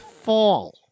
fall